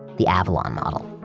the avalon model.